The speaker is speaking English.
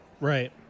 right